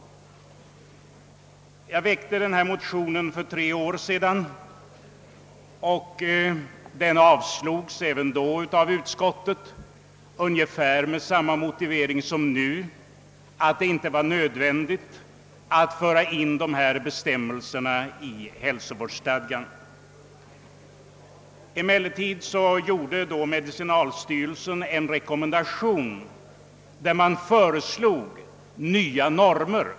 Jag väckte denna motion för tre år sedan. Den avstyrktes även då av utskottet med ungefär samma motivering som nu; det var inte nödvändigt att införa denna bestämmelse i hälsovårdsstadgan. Emellertid gjorde medicinalstyrelsen en rekommendation, i vilken man föreslog nya normer.